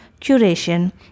curation